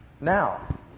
Now